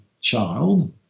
child